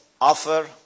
offer